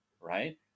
right